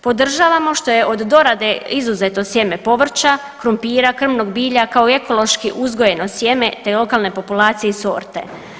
Podržavamo što je od dorade izuzeto sjeme povrća, krumpira, krmnog bilja kao ekološki uzgojeno sjeme te lokalne populacije i sorte.